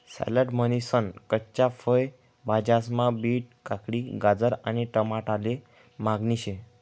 salad म्हनीसन कच्च्या फय भाज्यास्मा बीट, काकडी, गाजर आणि टमाटाले मागणी शे